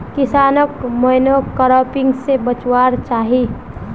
किसानोक मोनोक्रॉपिंग से बचवार चाही